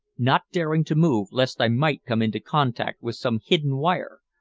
not daring to move lest i might come into contact with some hidden wire,